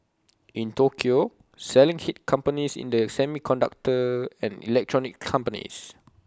in Tokyo selling hit companies in the semiconductor and electronics companies